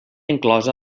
inclosa